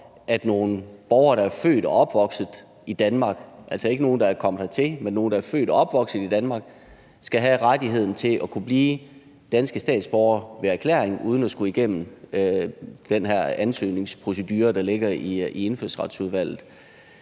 at nogle borgere, der er født og opvokset i Danmark – altså ikke nogen, der er kommet hertil, med nogle, der er født og opvokset i Danmark – skal have rettigheden til at kunne blive danske statsborgere ved erklæring uden at skulle igennem den her ansøgningsprocedure, der ligger i Indfødsretsudvalget.